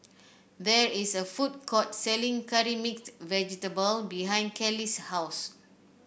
there is a food court selling Curry Mixed Vegetable behind Kellie's house